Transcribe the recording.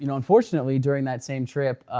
you know unfortunately during that same trip,